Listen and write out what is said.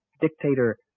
dictator